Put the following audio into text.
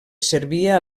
servia